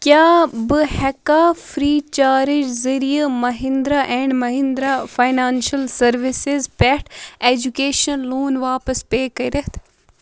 کیٛاہ بہٕ ہٮ۪کا فرٛی چارٕج ذٔریعہٕ Mahindra and Mahindra financial services پٮ۪ٹھ اٮ۪جُکیشَن لون واپس پے کٔرِتھ